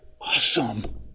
awesome